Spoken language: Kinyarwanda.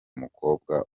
mukobwa